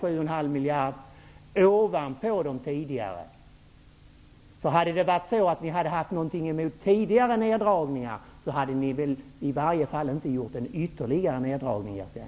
Det är alltså fråga om nedskärningar med ytterligare 7,5 Om ni var emot tidigare neddragningar, skulle ni väl inte göra ytterligare en neddragning, Jerzy